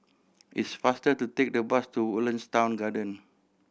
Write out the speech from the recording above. it's faster to take the bus to Woodlands Town Garden